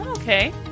Okay